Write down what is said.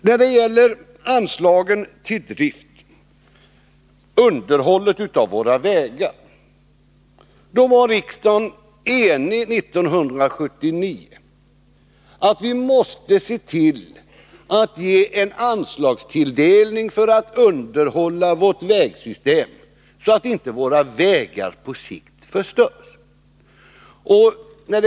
När det gäller anslagen till drift och underhåll av våra vägar var riksdagen 1979 enig om att vi måste se till att ge sådana anslag för underhåll av vårt vägsystem så att inte våra vägar förstörs på sikt.